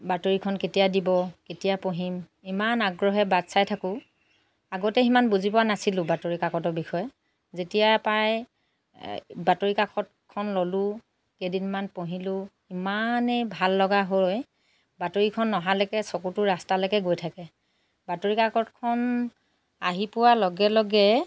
বাতৰিখন কেতিয়া দিব কেতিয়া পঢ়িম ইমান আগ্ৰহেৰে বাট চাই থাকোঁ আগতে সিমান বুজি পোৱা নাছিলোঁ বাতৰি কাকতৰ বিষয়ে যেতিয়া পৰাই বাতৰি কাকতখন ল'লোঁ কেইদিনমান পঢ়িলোঁ ইমানেই ভাল লগা হয় বাতৰিখন নহালৈকে চকুটো ৰাস্তালৈকে গৈ থাকে বাতৰি কাকতখন আহি পোৱাৰ লগে লগে